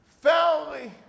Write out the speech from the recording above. family